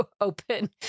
open